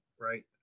Right